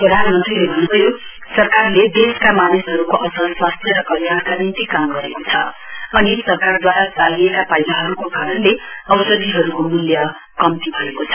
प्रधानमन्त्रीले भन्न्भयो सरकारले देशका मानिसहरूको असल स्वास्थ्य र र कल्याणका निम्ति काम गरेको छ अनि सरकारद्वारा चालिएका पाइलाहरूको कारणले औषधिहरूको मूल्य कम्ती भएको छ